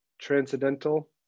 transcendental